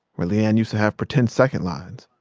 where le-ann used to have pretend second lines,